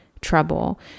trouble